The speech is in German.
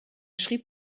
schrieb